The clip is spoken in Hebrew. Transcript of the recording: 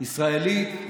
ישראלית,